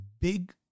Big